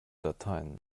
dateien